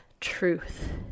truth